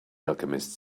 alchemist